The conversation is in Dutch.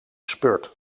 spurt